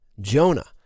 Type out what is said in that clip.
Jonah